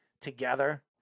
together